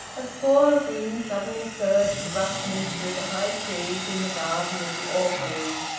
a squall of wind suddenly surged rustling through the high trees in the garden of the orgreaves,